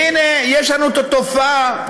והינה, יש לנו תופעה,